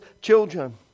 children